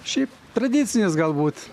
šiaip tradicinis galbūt